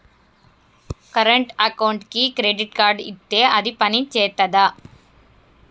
Current అకౌంట్కి credit card ఇత్తే అది పని చేత్తదా?